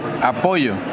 apoyo